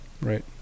right